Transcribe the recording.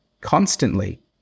constantly